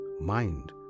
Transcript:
mind